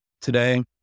today